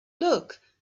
look